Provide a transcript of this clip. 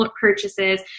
purchases